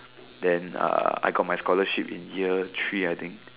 then uh I got my scholarship in year three I think